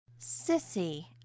Sissy